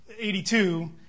82